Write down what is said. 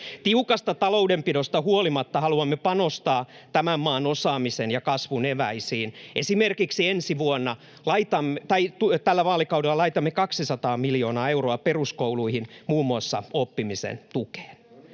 Tiukasta taloudenpidosta huolimatta haluamme panostaa tämän maan osaamiseen ja kasvun eväisiin. Tällä vaalikaudella laitamme esimerkiksi 200 miljoonaa euroa peruskouluihin, muun muassa oppimisen tukeen.